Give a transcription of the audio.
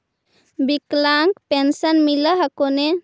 विकलांग पेन्शन मिल हको ने?